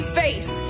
face